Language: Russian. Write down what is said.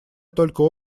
только